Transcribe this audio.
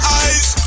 eyes